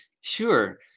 Sure